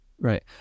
Right